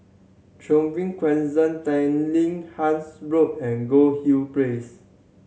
Trevose Crescent Tanglin Halts Road and Goldhill Place